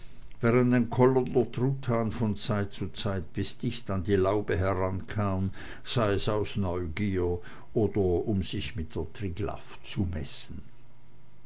von zeit zu zeit bis dicht an die laube herankam sei's aus neugier oder um sich mit der triglaff zu messen